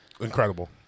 Incredible